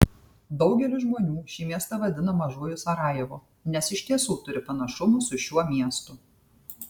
daugelis žmonių šį miestą vadina mažuoju sarajevu nes iš tiesų turi panašumų su šiuo miestu